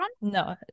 no